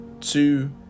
two